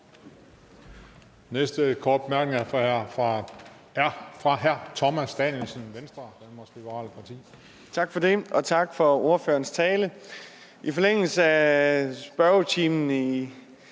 næste korte bemærkning er fra hr. Thomas Danielsen, Venstre, Danmarks Liberale Parti. Kl. 21:25 Thomas Danielsen (V): Tak for det. Og tak for ordførerens tale. I forlængelse af spørgetimen for